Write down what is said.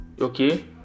Okay